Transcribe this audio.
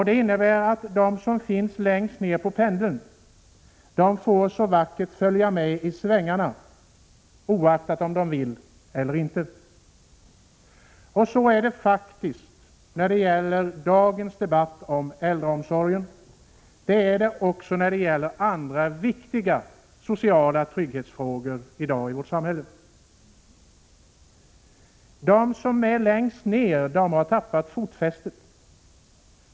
Det innebär att de som finns längst ned på pendeln vackert får följa med i svängarna, oavsett om de vill det eller inte. Så är det faktiskt även i dagens debatt om äldreomsorgen liksom också i andra viktiga sociala trygghetsfrågor i dagens samhälle. De som är längst ner har tappat fotfästet.